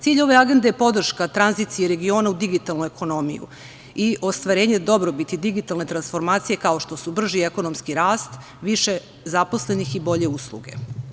Cilj ove agende je podrška tranziciji regiona u digitalnu ekonomiju i ostvarenje dobrobiti digitalne transformacije kao što su brži ekonomski rast, više zaposlenih i bolje usluge.